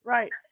Right